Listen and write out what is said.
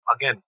again